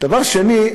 דבר שני,